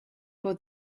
for